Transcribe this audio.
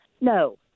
no